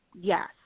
Yes